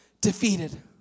defeated